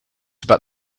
about